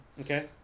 Okay